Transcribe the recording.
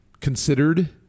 Considered